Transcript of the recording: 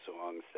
songs